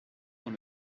dans